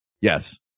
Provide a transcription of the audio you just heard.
Yes